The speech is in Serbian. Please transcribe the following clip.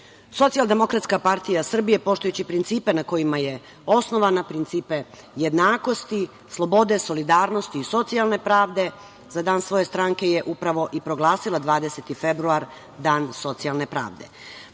dobru. Socijaldemokratska partija Srbije, poštujući principe na kojima je osnovana, principe jednakosti, slobode, solidarnosti i socijalne pravde, za dan svoje stranke je upravo i proglasila 20. februar, Dan socijalne